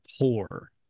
poor